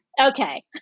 Okay